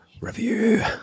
review